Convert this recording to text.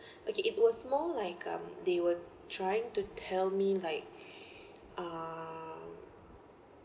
okay it was more like um they were trying to tell me like uh